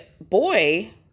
boy